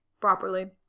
properly